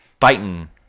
fighting